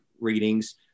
readings